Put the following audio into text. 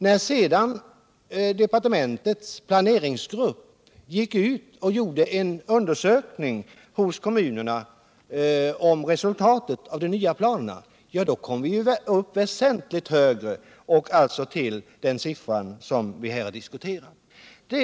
När departementets planeringsgrupp sedan gjorde en undersökning hos kommunerna av resultatet av de nya planerna, kom vi upp till den siffra vi här diskuterar. Dessa fakta kan inte vara okända för utskottets ordförande.